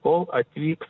kol atvyks